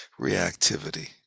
reactivity